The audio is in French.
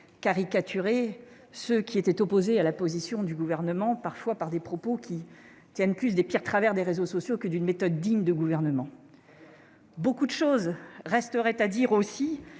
caricaturés ceux qui étaient opposés à la position du Gouvernement, avec des propos tenant parfois plus des pires travers des réseaux sociaux que d'une méthode digne de gouvernement. Très bien ! Beaucoup de choses resteraient à dire aussi